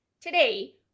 Today